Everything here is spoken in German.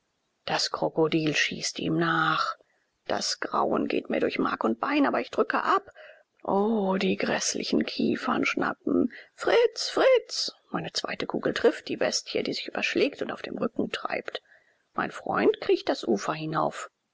das krokodil schießt ihm nach das grausen geht mir durch mark und bein aber ich drücke ab o die gräßlichen kiefern schnappen fritz fritz meine zweite kugel trifft die bestie die sich überschlägt und auf dem rücken treibt mein freund kriecht das ufer hinauf